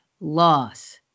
loss